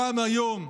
גם היום,